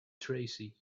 tracy